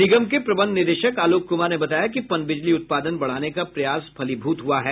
निगम के प्रबंध निदेशक आलोक कुमार ने बताया कि पनबिजली उत्पादन बढ़ाने का प्रयास फलीभूत हुआ है